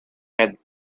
had